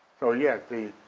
so yes the,